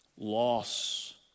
loss